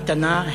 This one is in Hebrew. איתנה,